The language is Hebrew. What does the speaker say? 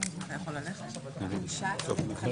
תהיה